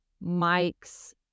Mike's